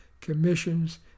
commissions